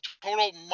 total